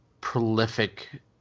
prolific